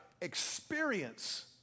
experience